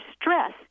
stress